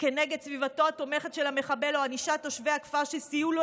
כנגד סביבתו התומכת של המחבל או ענישת תושבי הכפר שסייעו לו